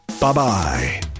Bye-bye